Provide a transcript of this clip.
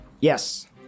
Yes